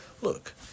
look